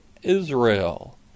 Israel